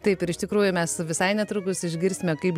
taip ir iš tikrųjų mes visai netrukus išgirsime kaip